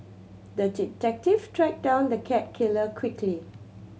the detective tracked down the cat killer quickly